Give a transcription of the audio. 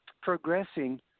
progressing